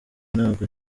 ntabwo